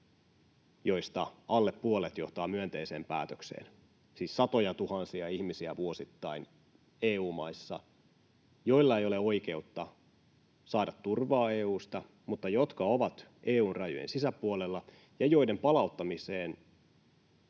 joista alle puolet johtavat myönteiseen päätökseen, EU-maissa siis satojatuhansia ihmisiä vuosittain, joilla ei ole oikeutta saada turvaa EU:sta mutta jotka ovat EU:n rajojen sisäpuolella ja joiden palauttamiseen